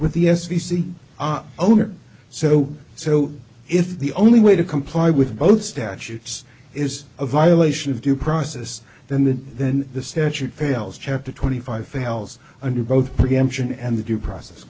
with the s b c owner so so if the only way to comply with both statutes is a violation of due process then the then the statute fails chapter twenty five fails under both preemption and the due process